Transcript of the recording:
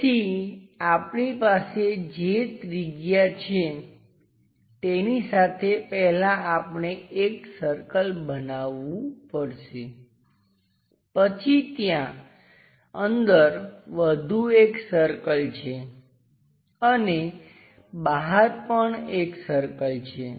તેથી આપણી પાસે જે ત્રિજ્યા છે તેની સાથે પહેલા આપણે એક સર્કલ બનાવવું પડશે પછી ત્યાં અંદર વધુ એક સર્કલ છે અને બહાર પણ એક સર્કલ છે